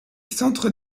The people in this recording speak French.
centres